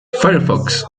firefox